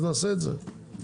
נעשה את זה.